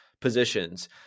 positions